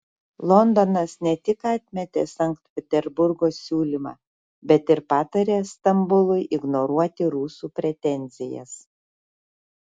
londonas ne tik atmetė sankt peterburgo siūlymą bet ir patarė stambului ignoruoti rusų pretenzijas